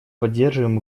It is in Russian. поддерживаем